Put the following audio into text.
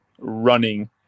running